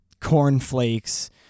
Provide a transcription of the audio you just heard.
cornflakes